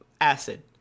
acid